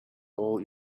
all